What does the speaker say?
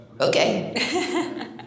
Okay